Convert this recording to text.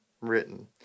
written